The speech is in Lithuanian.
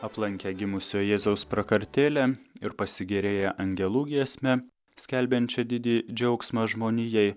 aplankę gimusio jėzaus prakartėlę ir pasigėrėję angelų giesme skelbiančia didį džiaugsmą žmonijai